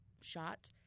shot